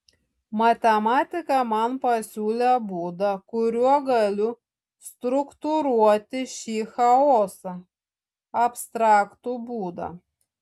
matematika man pasiūlė būdą kuriuo galiu struktūruoti šį chaosą abstraktų būdą